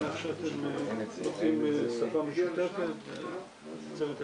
בשעה 12:30.